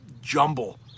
jumble